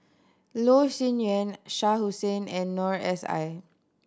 Loh Sin Yun Shah Hussain and Noor S I